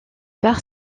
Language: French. par